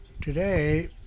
Today